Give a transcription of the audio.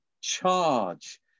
charge